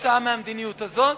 בשל המדיניות הזאת,